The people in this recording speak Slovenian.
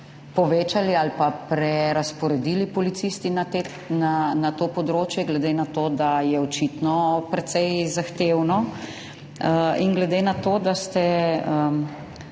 povečali ali pa prerazporedili policisti na to področje, glede na to, da je očitno precej zahtevno in glede na to, da